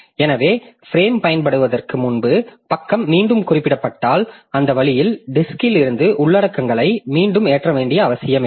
எனவே பிரேம்ப் பயன்படுத்துவதற்கு முன்பு பக்கம் மீண்டும் குறிப்பிடப்பட்டால் அந்த வழியில் டிஸ்க்ல் இருந்து உள்ளடக்கங்களை மீண்டும் ஏற்ற வேண்டிய அவசியமில்லை